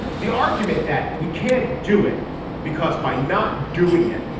the argument that we can't do it because by not doing it,